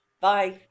Bye